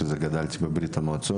כשגדלתי בברית המועצות.